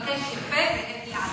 נבקש יפה והם ייענו.